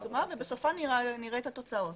בסופה נראה את התוצאות.